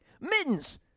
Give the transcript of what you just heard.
Mittens